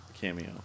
cameo